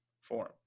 form